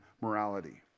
morality